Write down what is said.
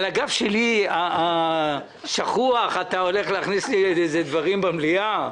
על גבי השחוח אתה הולך להכניס דברים למליאה?